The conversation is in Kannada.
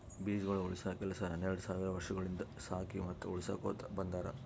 ಬೀಜಗೊಳ್ ಉಳುಸ ಕೆಲಸ ಹನೆರಡ್ ಸಾವಿರ್ ವರ್ಷಗೊಳಿಂದ್ ಸಾಕಿ ಮತ್ತ ಉಳುಸಕೊತ್ ಬಂದಾರ್